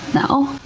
no.